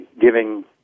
giving